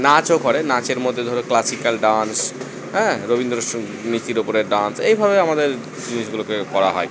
নাচও করে নাচের মধ্যে ধরো ক্ল্যাসিক্যাল ডান্স হ্যাঁ রবীন্দ্র নৃত্যের উপরে ডান্স এইভাবে আমাদের জিনিসগুলোকে করা হয়